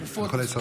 לחולי סרטן.